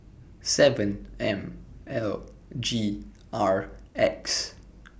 seven M L G R X